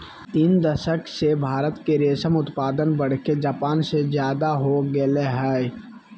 तीन दशक से भारत के रेशम उत्पादन बढ़के जापान से ज्यादा हो गेल हई